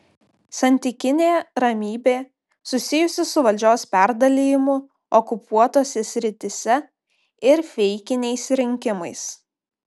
santykinė ramybė susijusi su valdžios perdalijimu okupuotose srityse ir feikiniais rinkimais